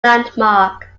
landmark